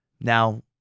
now